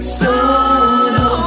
sono